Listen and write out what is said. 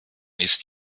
ist